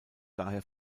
daher